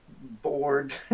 bored